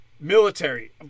military